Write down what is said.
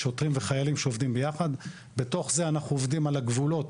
שוטרים וחיילים שעובדים יחד; בתוך זה אנחנו עובדים על הגבולות.